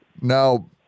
Now